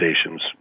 stations